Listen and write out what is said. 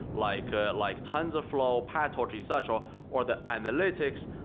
like ah like tensorflow, pytorch, etc, or the analytics,